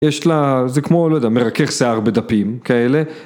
יש לה.. זה כמו לא יודע, מרכך שיער בדפים כאלה.